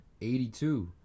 82